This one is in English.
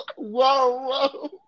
Whoa